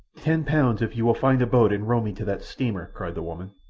ten pounds if you will find a boat and row me to that steamer, cried the woman.